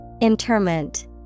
Interment